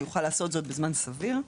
יוכל לעשות זאת בזמן סביר,